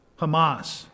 Hamas